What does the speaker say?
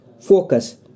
Focus